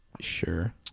sure